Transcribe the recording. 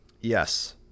Yes